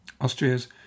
Austria's